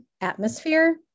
atmosphere